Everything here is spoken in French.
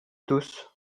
tous